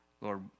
Lord